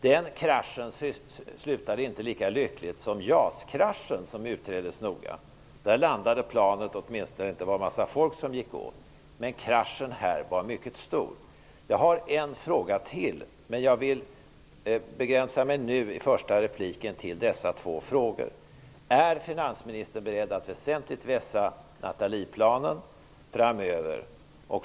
Den kraschen slutade inte lika lyckligt som den noggrant utredda JAS-kraschen, där planet åtminstone inte landade så att en massa folk gick åt. Men kraschen i november 1992 var mycket stor. Jag har en fråga till, men jag vill nu i första repliken begränsa mig till dessa två frågor: Är finansministern beredd att väsentligt vässa Nathalieplanen framöver?